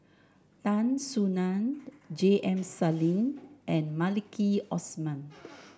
Tan Soo Nan J M Sali and Maliki Osman